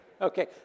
Okay